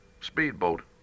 speedboat